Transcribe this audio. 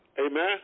Amen